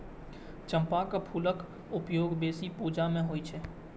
चंपाक फूलक उपयोग बेसी पूजा मे होइ छै